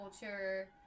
culture